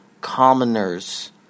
commoners